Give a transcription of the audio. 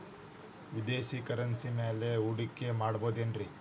ವಿದೇಶಿ ಕರೆನ್ಸಿ ಮ್ಯಾಲೆ ಹೂಡಿಕೆ ಮಾಡಬಹುದೇನ್ರಿ?